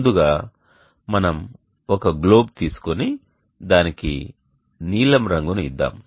ముందుగా మనం ఒక గ్లోబ్ తీసుకొని దానికి నీలం రంగును ఇద్దాం